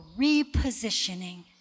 repositioning